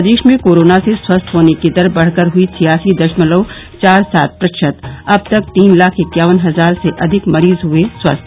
प्रदेश में कोरोना से स्वस्थ होने की दर बढ़कर हुई छियासी दशमलव चार सात प्रतिशत अब तक तीन लाख इक्यावन हजार से अधिक मरीज हुए स्वस्थ